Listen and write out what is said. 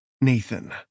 Nathan